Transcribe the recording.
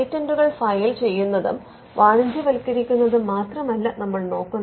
പേറ്റന്റുകൾ ഫയൽ ചെയ്യുന്നതും വാണിജ്യവത്ക്കരിക്കുന്നതും മാത്രമല്ല നമ്മൾ നോക്കുന്നത്